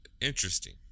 Interesting